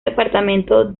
departamento